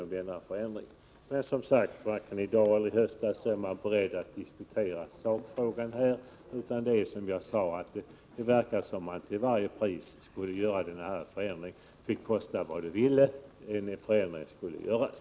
Men, som sagt, varken i höstas eller i dag är man beredd att diskutera sakfrågan. Det verkar som om man till varje pris skulle göra denna förändring. Kosta vad det ville, förändringen skulle göras.